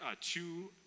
two